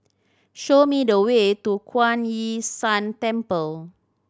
show me the way to Kuan Yin San Temple